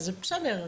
אז בסדר,